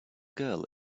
girl